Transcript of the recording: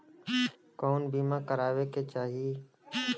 कउन बीमा करावें के चाही?